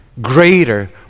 greater